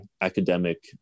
academic